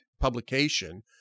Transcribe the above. publication